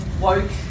woke